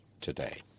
today